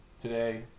today